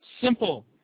simple